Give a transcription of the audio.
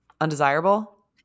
undesirable